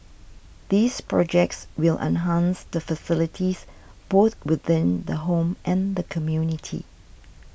these projects will enhance the facilities both within the home and the community